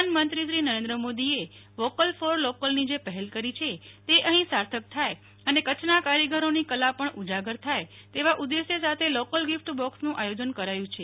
પ્રધાનમંત્રીશ્રી નરેન્દ્ર મોદીએ vocal for લોકલની જે પહેલ કરી છે તે અહીં સાર્થક થાય અને કચ્છના કારીગરોની કલા પણ ઉજાગર થાય તેવા ઉદેશ્ય સાથે લોકલ ગીફટ બોક્સનું આયોજન કરાયું છે